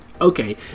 Okay